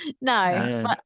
No